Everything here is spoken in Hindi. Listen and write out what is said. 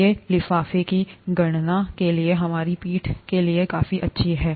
ये लिफाफे की गणना के लिए हमारी पीठ के लिए काफी अच्छे हैं